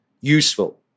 useful